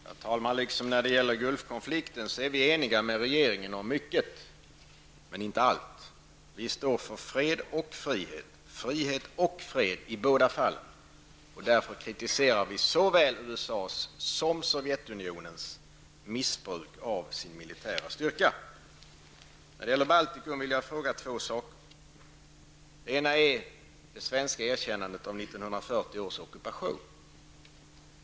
Herr talman! Liksom när det gäller Gulfkonflikten är vi eniga med regeringen om mycket, men inte allt. Vi står för fred och frihet. Frihet och fred i båda fallen. Vi kritiserar därför såväl USAs som Sovjetunionens missbruk av sin militära styrka. När det gäller Baltikum vill jag fråga några saker. Det gäller bl.a. det svenska erkännandet av 1940 års ockupation.